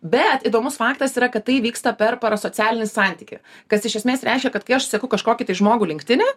bet įdomus faktas yra kad tai vyksta per parasocialinį santykį kas iš esmės reiškia kad kai aš seku kažkokį tai žmogų linktine